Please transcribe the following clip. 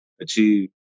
achieve